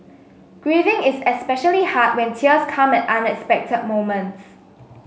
grieving is especially hard when tears come at unexpected moments